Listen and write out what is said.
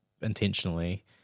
intentionally